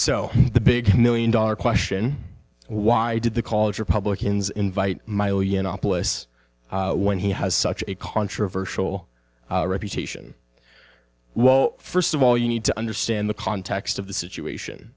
so the big million dollar question why did the college republicans invite when he has such a controversial reputation well first of all you need to understand the context of the situation